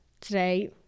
today